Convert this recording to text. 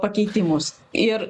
pakeitimus ir